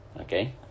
okay